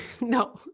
no